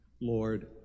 Lord